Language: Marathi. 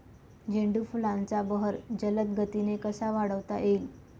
झेंडू फुलांचा बहर जलद गतीने कसा वाढवता येईल?